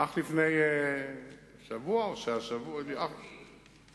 אך לפני שבוע, ביום רביעי.